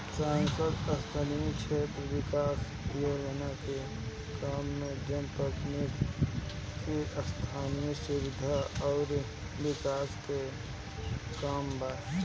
सांसद स्थानीय क्षेत्र विकास योजना के काम जनप्रतिनिधि के स्थनीय सुविधा अउर विकास के काम बा